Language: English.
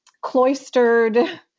cloistered